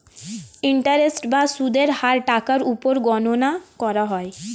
interest বা সুদের হার টাকার উপর গণনা করা হয়